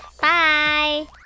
Bye